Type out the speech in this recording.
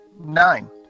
Nine